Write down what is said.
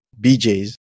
BJ's